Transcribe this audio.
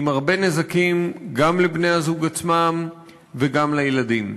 עם הרבה נזקים גם לבני-הזוג עצמם וגם לילדים.